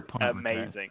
amazing